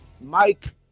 Mike